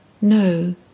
no